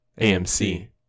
AMC